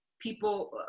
people